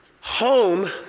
home